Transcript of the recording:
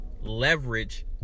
leverage